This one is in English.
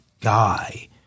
guy